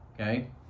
okay